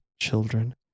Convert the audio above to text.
children